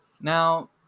Now